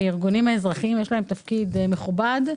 ולארגונים האזרחיים ולמשרדים יש תפקיד מכובד,